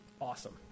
awesome